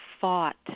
fought